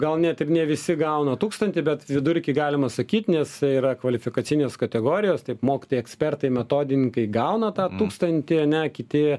gal ne ir ne visi gauna tūkstantį bet vidurkį galima sakyt nes yra kvalifikacinės kategorijos taip mokytojai ekspertai metodininkai gauna tą tūkstantį ane kiti